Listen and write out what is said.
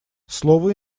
слово